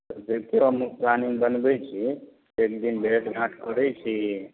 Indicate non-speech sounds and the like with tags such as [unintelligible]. [unintelligible] मे प्लानिंग बनबैत छी एक दिन भेटघाँट करैत छी